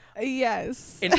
Yes